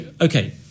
okay